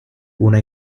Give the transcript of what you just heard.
una